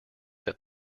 that